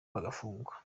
bagafungwa